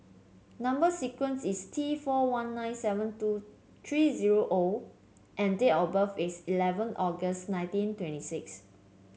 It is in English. number sequence is T four one nine seven two three zero O and date of birth is eleven August nineteen twenty six